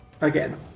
Again